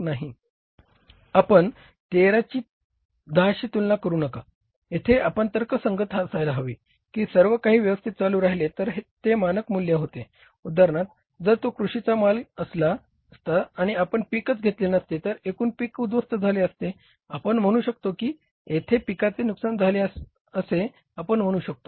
आपण 13 ची 10 शी तुलना करू नका येथे आपण तर्कसंगत असायला हवे की सर्वकाही व्यवस्थित चालू राहिले तर ते मानक मूल्य होते उदाहरणार्थ जर तो कृषीचा कच्चा माल असला असता आणि आपण पीकच घेतले नसते तर एकूण पीक उध्वस्त झाले असे आपण म्हणू शकतो किंवा थेथे पिकाचे नुकसान झाले असे आपण म्हणू शकतो